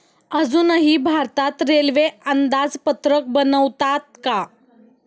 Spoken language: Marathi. अजूनही भारतात रेल्वे अंदाजपत्रक बनवतात का?